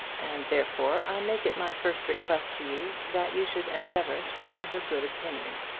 and therefore i make it my first request to you that you should endeavour to win her good opinion.